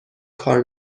کار